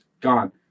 gone